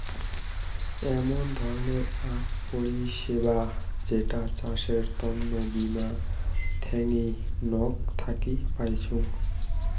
এমন ধরণের আক পরিষেবা যেটো চাষের তন্ন বীমা থোঙনি নক থাকি পাইচুঙ